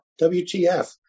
WTF